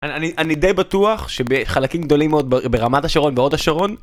אני די בטוח שבחלקים גדולים מאוד ברמת השרון ובהוד השרון